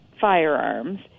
firearms